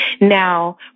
Now